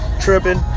Tripping